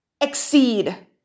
exceed